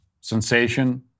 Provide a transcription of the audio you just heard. sensation